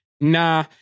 nah